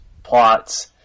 Plots